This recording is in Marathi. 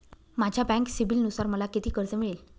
माझ्या बँक सिबिलनुसार मला किती कर्ज मिळेल?